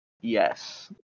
Yes